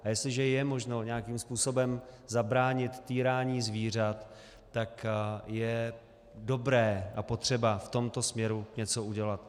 A jestliže je možno nějakým způsobem zabránit týrání zvířat, tak je dobré a potřeba v tomto směru něco udělat.